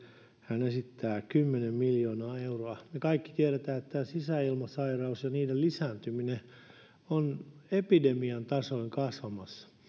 hän esittää kymmentä miljoonaa euroa me kaikki tiedämme että sisäilmasairaudet ja niiden lisääntyminen ovat epidemian tasoon kasvamassa